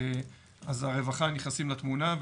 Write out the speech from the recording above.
אז הרווחה נכנסים לתמונה,